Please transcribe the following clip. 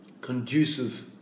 conducive